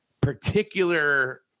particular